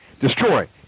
Destroy